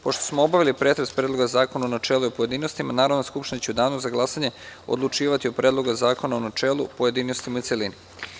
Pošto smo obavili pretres Predloga zakona u načelu i u pojedinostima, Narodna skupština će u Danu za glasanje odlučivati o Predlogu zakona u načelu, pojedinostima i u celini.